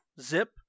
zip